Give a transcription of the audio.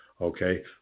okay